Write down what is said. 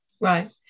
right